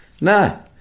no